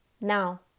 Now